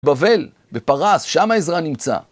בבל, בפרס, שמה עזרא נמצא.